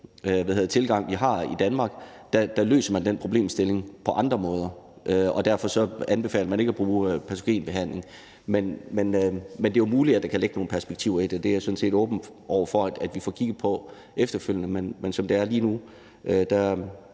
vi har i Danmark, løser man den problemstilling på andre måder, og derfor anbefaler man ikke at bruge patogenreducerende behandling. Men det er jo muligt, at der kan ligge nogle perspektiver i det; det er jeg sådan set åben for at vi får kigget på efterfølgende. Men som det er lige nu, mener